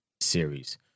series